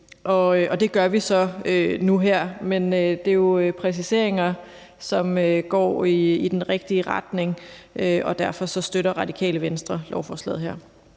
det gør vi så nu her. Men det er jo præciseringer, som går i den rigtige retning, og derfor støtter Radikale Venstre lovforslaget her.